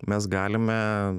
mes galime